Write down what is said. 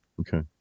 Okay